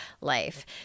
life